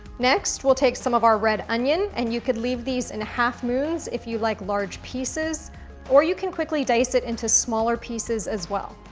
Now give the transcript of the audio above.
next, we'll take some of our red onion and you could leave these in half moons if you like large pieces or you can quickly dice it into smaller pieces, as well.